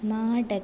നാടകം